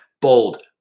bold